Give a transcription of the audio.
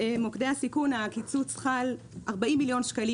היה קיצוץ של 40 מיליון שקלים